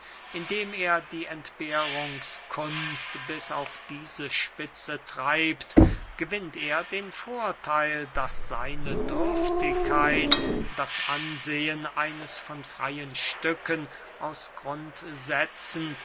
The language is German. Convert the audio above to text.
indem er die entbehrungskunst bis auf diese spitze treibt gewinnt er den vortheil daß seine dürftigkeit das ansehen eines von freyen stücken aus grundsätzen